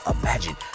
imagine